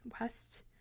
west